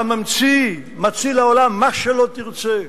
הממציא, מציל העולם, מה שלא תרצה.